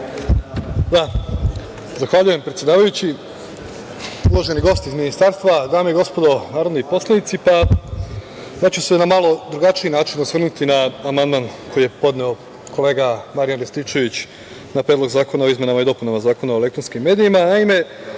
Zahvaljujem predsedavajući. Uvaženi gosti iz ministarstva, Dame i gospodo narodni poslanici, ja ću se na malo drugačiji način osvrnuti na amandman koji je podneo kolega Marijan Rističević na Predlog zakona o izmenama i dopunama Zakona o elektronskim medijima. Naime,